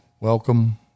welcome